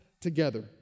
together